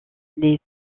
les